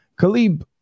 khalib